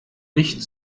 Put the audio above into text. nicht